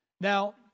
Now